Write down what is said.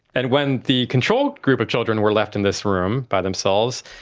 and when the control group of children were left in this room by themselves,